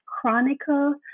chronicle